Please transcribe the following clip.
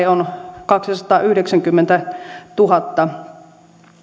on kaksisataayhdeksänkymmentätuhatta